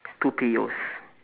two piyos